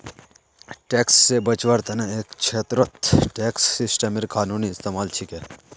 tax से बचवार तने एक छेत्रत टैक्स सिस्टमेर कानूनी इस्तेमाल छिके